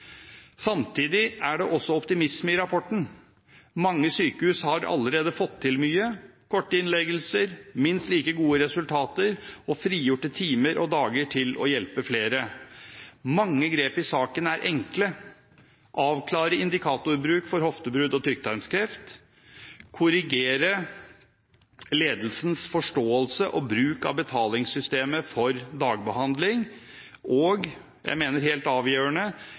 Samtidig er det også optimisme i rapporten. Mange sykehus har allerede fått til mye, kortevarige innleggelser, minste like gode resultater og frigjorte timer og dager til å hjelpe flere. Mange grep i saken er enkle: å avklare indikatorbruk for hoftebrudd og tykktarmskreft, å korrigere ledelsens forståelse og bruk av betalingssystemet for dagbehandling og – jeg mener det helt avgjørende